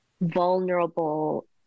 vulnerable